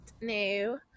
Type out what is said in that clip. new